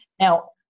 now